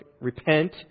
repent